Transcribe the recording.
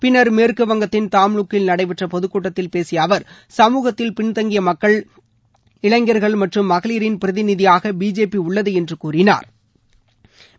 பின்னா் மேற்குவங்கத்தின் தாம்லுக்கில் நடைபெற்ற பொதுக்கூட்டத்தில் பேசிய அவா் சமூகத்தில் பின்தங்கிய மக்கள் இளைஞர்கள் மற்றும் மகளிரின் பிரதிநிதியாக பிஜேபி உள்ளது என்று கூறினாா்